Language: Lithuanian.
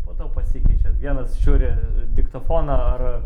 po to pasikeičia vienas žiūri diktofoną ar